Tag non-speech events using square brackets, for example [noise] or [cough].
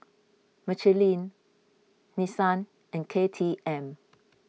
Michelin Nissan and K T M [noise]